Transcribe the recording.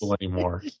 anymore